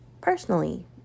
personally